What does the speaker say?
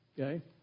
Okay